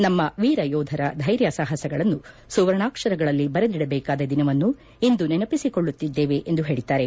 ನಮ್ಮ ವೀರ ಯೋಧರ ಧೈರ್ಯ ಸಾಹಸಗಳನ್ನು ಸುವರ್ಣಾಕ್ಷರಗಳಲ್ಲಿ ಬರೆದಿಡಬೇಕಾದ ದಿನವನ್ನು ಇಂದು ನೆನಪಿಸಿಕೊಳ್ಳುತ್ತಿದ್ದೇವೆ ಎಂದು ಹೇಳಿದ್ದಾರೆ